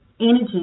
energy